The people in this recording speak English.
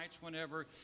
whenever